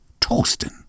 Torsten